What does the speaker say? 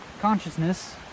consciousness